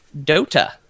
Dota